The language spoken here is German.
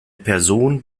person